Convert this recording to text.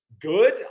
good